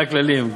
אלה הכללים,